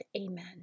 Amen